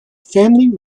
family